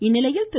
இந்நிலையில் திரு